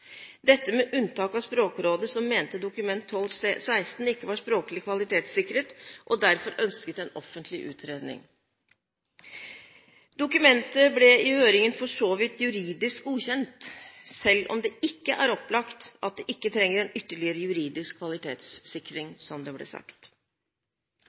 dette med unntak av Språkrådet, som mente Dokument nr. 12:16 for 2007–2008 ikke var språklig kvalitetssikret og derfor ønsket en offentlig utredning. Dokumentet ble i høringen for så vidt juridisk godkjent, selv om det ikke er opplagt at det ikke trenger en ytterligere juridisk